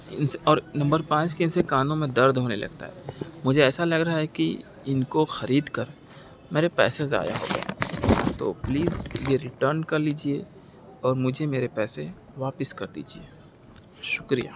ان سے اور نمبر پانچ کہ ان سے کانوں میں درد ہونے لگتا ہے مجھے ایسا لگ رہا ہے کہ ان کو خرید کر میرے پیسے ضائع ہو گئے تو پلیز یہ ریٹرن کر لیجیے اور مجھے میرے پیسے واپس کر دیجیے شکریہ